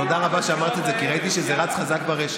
תודה רבה שאמרת את זה, כי ראיתי שזה רץ חזק ברשת.